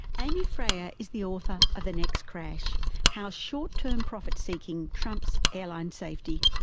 amy fraher is the author of the next crash how short term profit seeking trumps airline safety.